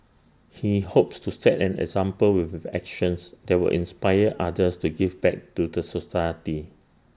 he hopes to set an example with his actions that will inspire others to give back to the society